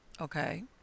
okay